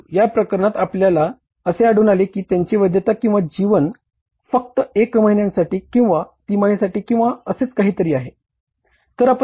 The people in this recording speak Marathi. परंतु या प्रकरणात आपल्याला असे आढळून आले कि त्यांची वैधता किंवा जीवन फक्त एक महिन्यासाठी किंवा तिमाहीसाठी किंवा असेच काही तरी आहे